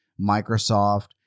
Microsoft